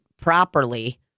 properly